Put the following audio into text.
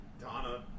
Donna